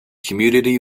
community